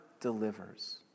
delivers